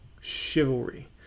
Chivalry